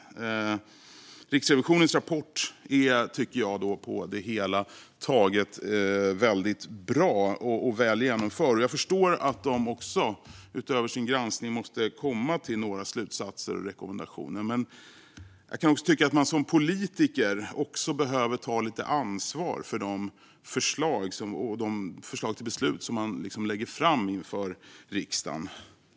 Riksrevisionens rapport är, tycker jag, på det hela taget väldigt bra och väl genomförd. Jag förstår att de, utöver sin granskning, måste komma fram till några slutsatser och rekommendationer. Men jag kan tycka att man som politiker också behöver ta lite ansvar för de förslag till beslut som man lägger fram för riksdagen.